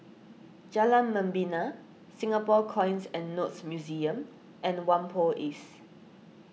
Jalan Membina Singapore Coins and Notes Museum and Whampoa East